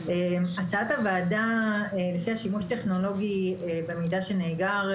להצעת הוועדה לפיה שימוש טכנולוגי במידה שנאגר,